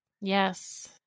Yes